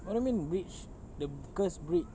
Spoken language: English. what you mean bridge the cursed bridge